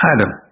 Adam